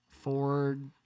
Ford